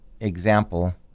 example